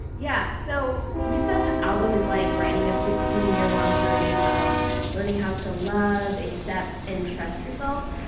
yeah so you said this album is like writing a fifteen yearlong journey of learning how to love, accept and trust yourself.